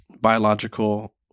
biological